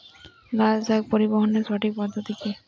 লালশাক পরিবহনের সঠিক পদ্ধতি কি?